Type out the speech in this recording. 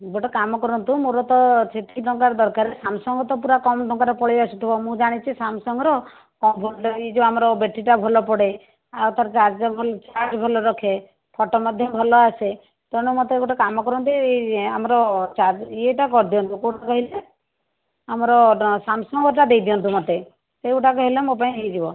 ଗୋଟେ କାମ କରନ୍ତୁ ମୋର ତ ସେତିକି ଟଙ୍କାରେ ଦରକାର ସାମ୍ସଙ୍ଗର ତ ପୁରା କମ୍ ଟଙ୍କାରେ ପଳେଇ ଆସୁଥିବ ମୁଁ ଜାଣିଛି ସାମ୍ସାଙ୍ଗର ଏଇ ଯୋଉ ଆମର ବେଟ୍ରିଟା ଭଲ ପଡ଼େ ଆଉ ତା'ର ଚାର୍ଜର୍ ଭଲ ଚାର୍ଜ ଭଲ ରଖେ ଫୋଟୋ ମଧ୍ୟ ଭଲ ଆସେ ମୋତେ ଗୋଟେ କାମ କରନ୍ତି ଆମର ଚାର୍ଜ ଇଏଟା କରିଦିଅନ୍ତୁ କୋଉଟା କହିଲେ ଆମର ସାମ୍ସଙ୍ଗଟା ଦେଇଦିଅନ୍ତୁ ମୋତେ ସେ ଗୋଟାକ ହେଲେ ମୋ ପାଇଁ ହେଇଯିବ